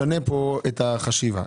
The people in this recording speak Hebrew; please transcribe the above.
את החשיבה.